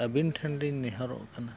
ᱟᱹᱵᱤᱱ ᱴᱷᱮᱱᱞᱤᱧ ᱱᱮᱦᱚᱨᱚᱜ ᱠᱟᱱᱟ